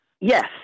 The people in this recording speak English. Yes